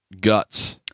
guts